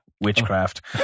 Witchcraft